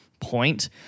point